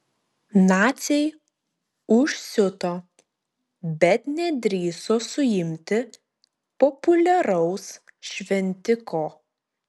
naciai užsiuto bet nedrįso suimti populiaraus šventiko